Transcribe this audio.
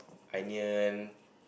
onion